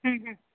हम्म हम्म